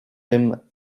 him